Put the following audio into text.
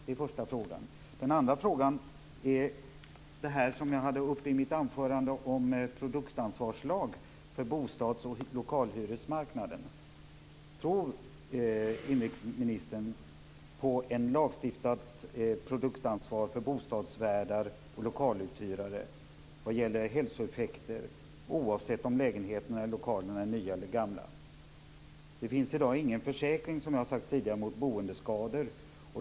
Den andra gäller frågan om produktansvarslag på bostads och lokalhyresmarknaden, som jag också diskuterade i mitt anförande. Tror inrikesministern på ett lagstiftat produktansvar för bostadsvärdar och lokaluthyrare vad gäller hälsoeffekter oavsett om lägenheterna eller lokalerna är nya eller gamla? Det finns i dag ingen försäkring mot boendeskador.